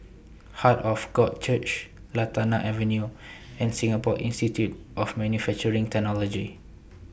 Heart of God Church Lantana Avenue and Singapore Institute of Manufacturing Technology